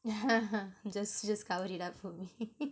yeah just just cover it up for me